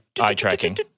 eye-tracking